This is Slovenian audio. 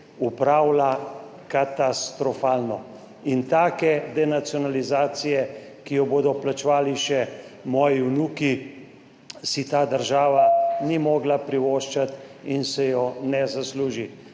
upravlja katastrofalno. Take denacionalizacije, ki jo bodo plačevali še moji vnuki, si ta država ni mogla privoščiti in se je ne zasluži.